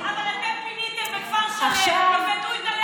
את מעדיפה מרכזים מסחריים על פני נכים.